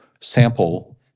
sample